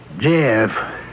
Jeff